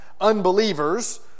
unbelievers